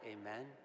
amen